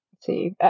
See